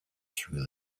through